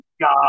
God